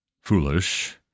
foolish